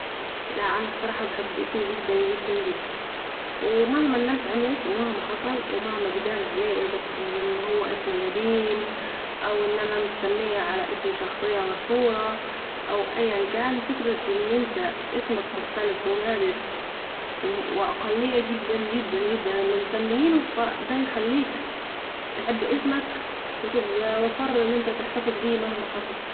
لأ أنا الصراحه بحب اسمي جداً جداً جداً ، و مهما الناس عملت و مهما حصل و مهما الناس قالت عليه أن هو إسم قديم او ان أنا متسميه على اسم شخصية مشهورة او أيا كان فكرة أن انت اسمك قديم و نادر و اقليه جدآ جدآ جدآ الي مسمينه فا ده يخليك تحب اسمك و تبقي مقرر انك تحتفظ بيه مهما حصل